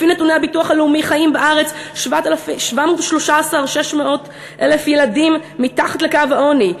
לפי נתוני הביטוח הלאומי חיים בארץ 713,600 ילדים מתחת לקו העוני,